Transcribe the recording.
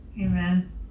Amen